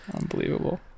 Unbelievable